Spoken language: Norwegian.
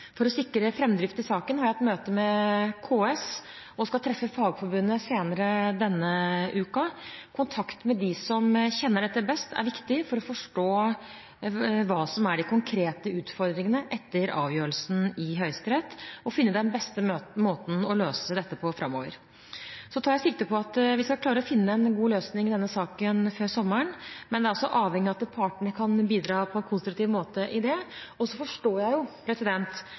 For å sikre framdrift i saken har jeg hatt møte med KS og skal treffe Fagforbundet senere denne uken. Kontakt med dem som kjenner dette best, er viktig for å forstå hva som er de konkrete utfordringene etter avgjørelsen i Høyesterett, og finne den beste måten å løse dette på framover. Jeg tar sikte på at vi skal klare å finne en god løsning i denne saken før sommeren, men det er avhengig av at partene kan bidra på en konstruktiv måte i det. Jeg forstår at dette er vanskelig for dem det gjelder. Endringer i avtaler og